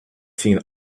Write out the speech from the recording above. seen